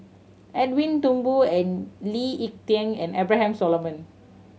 Edwin Thumboo and Lee Ek Tieng and Abraham Solomon